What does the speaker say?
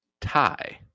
tie